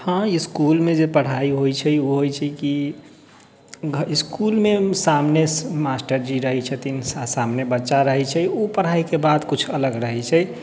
हँ इसकुलमे जे पढ़ाइ होइ छै ओ होइ छै कि इसकुलमे सामने मास्टरजी रहै छथिन सामने बच्चा रहै छै ओ पढ़ाइके बात किछु अलग रहै छै